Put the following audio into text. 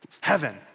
Heaven